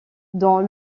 dans